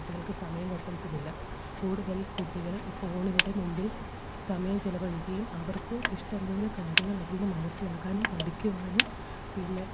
കുട്ടികള്ക്ക് സമയം കിട്ടുന്നില്ല കൂടുതൽ കുട്ടികൾ ഈ ഫോണിന്റെ മുമ്പിൽ സമയം ചിലവഴിക്കുകയും അവർക്കു ഇഷ്ടംപോലെ കാര്യങ്ങൾ അതില്നിന്ന് മനസ്സിലാക്കാനും പഠിക്കുവാനും പിന്നെ